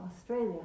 Australia